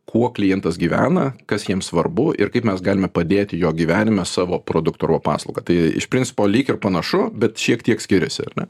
kuo klientas gyvena kas jam svarbu ir kaip mes galime padėti jo gyvenime savo produktu arba paslauga tai iš principo lyg ir panašu bet šiek tiek skiriasi ar ne